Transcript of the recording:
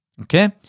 Okay